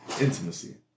intimacy